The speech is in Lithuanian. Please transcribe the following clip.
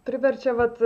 priverčia vat